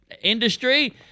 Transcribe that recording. industry